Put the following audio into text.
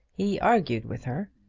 he argued with her,